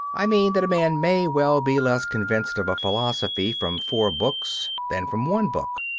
i mean that a man may well be less convinced of a philosophy from four books, than from one book,